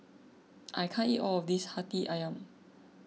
I can't eat all of this Hati Ayam